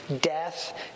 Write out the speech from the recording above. death